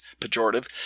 pejorative